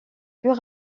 plus